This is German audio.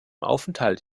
aufenthalt